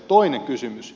toiseksi kysymys